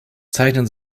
zeichnen